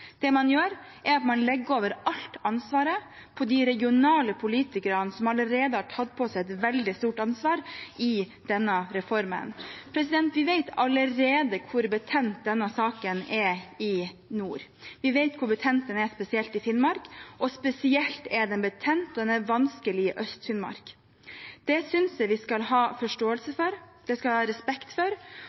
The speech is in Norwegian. det. Det man gjør, er å legge alt ansvaret over på de regionale politikerne, som allerede har tatt på seg et veldig stort ansvar i denne reformen. Vi vet allerede hvor betent denne saken er i nord. Vi vet hvor betent den er spesielt i Finnmark, og den er spesielt betent og vanskelig i Øst-Finnmark. Det synes jeg vi skal ha forståelse for, det skal vi ha respekt for,